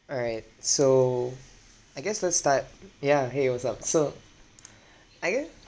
all right so I guess let's start yeah !hey! what's up so are you